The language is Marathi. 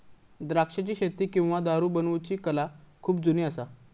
द्राक्षाची शेती किंवा दारू बनवुची कला खुप जुनी असा